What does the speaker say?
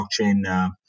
blockchain